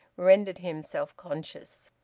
rendered him self-conscious.